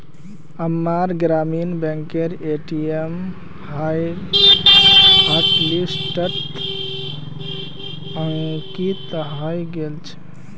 अम्मार ग्रामीण बैंकेर ए.टी.एम हॉटलिस्टत अंकित हइ गेल छेक